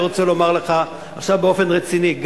אני רוצה לומר לך עכשיו באופן רציני,